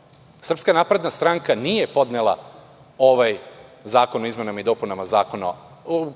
poen? Srpska napredna stranka nije podnela ovaj zakon o izmenama i dopunama